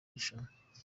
rushanwa